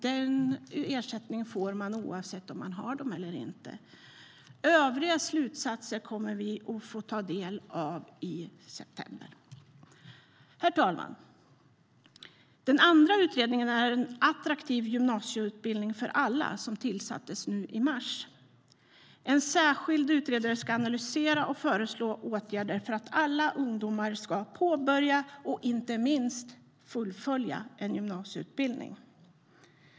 Den ersättningen får man oavsett om man har detta eller inte. Herr talman! Den andra utredningen är En attraktiv gymnasieutbildning för alla, som tillsattes nu i mars. En särskild utredare ska analysera och föreslå åtgärder för att alla ungdomar ska påbörja och inte minst fullfölja en gymnasieutbildning.